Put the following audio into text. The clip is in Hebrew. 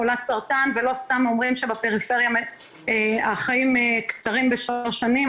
היא חולת סרטן ולא סתם אומרים שפרפריה החיים קצרים בשלוש שנים,